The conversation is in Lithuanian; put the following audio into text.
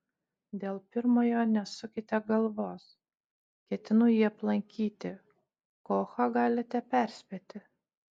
dėl pirmojo nesukite galvos ketinu jį aplankyti kochą galite perspėti